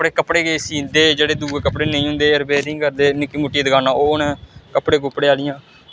कपड़े कपड़े किश सींदे जेह्ड़े दुऐ कपड़े नेईं होंदे रिपेरिंग करदे निक्की मुट्टी दकानां ओह् न कपड़े कुपड़े आह्लियां